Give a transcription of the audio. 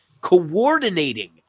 coordinating